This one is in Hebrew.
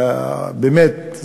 באמת,